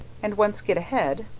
and once get ahead,